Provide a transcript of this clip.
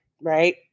Right